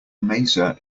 maser